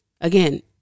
again